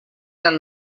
del